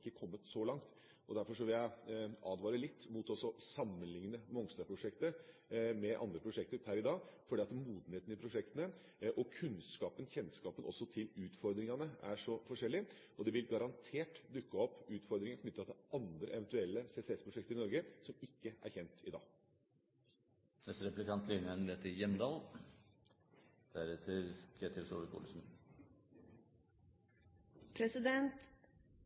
ikke kommet så langt. Derfor vil jeg advare litt mot å sammenligne Mongstad-prosjektet med andre prosjekter per i dag, for modenheten i prosjektene og kunnskapen om, kjennskapen til, utfordringene er så forskjellig. Det vil garantert dukke opp utfordringer knyttet til andre eventuelle CCS-prosjekter i Norge som ikke er kjent i